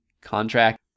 contract